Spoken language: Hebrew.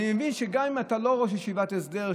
אני מבין שגם אתה לא ראש ישיבת הסדר,